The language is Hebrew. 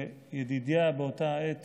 ידידיה באותה העת